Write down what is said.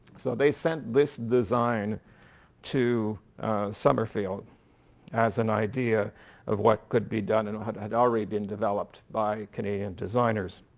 so they sent this design to summerfield as an idea of what could be done and had had already been developed by canadian designers.